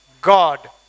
God